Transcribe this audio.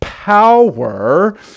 power